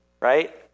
right